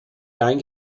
klein